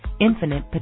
infinite